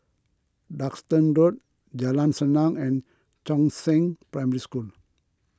Duxton Road Jalan Senang and Chongzheng Primary School